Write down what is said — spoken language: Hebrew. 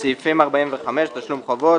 ומסעיפים 45 תשלום חובות,